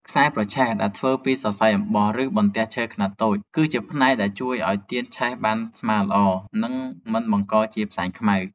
ខ្សែប្រឆេះ ដែលធ្វើពីសរសៃអំបោះ ឬបន្ទះឈើខ្នាតតូច គឺជាផ្នែកដែលជួយឱ្យទៀនឆេះបានស្មើល្អ និងមិនបង្កជាផ្សែងខ្មៅ។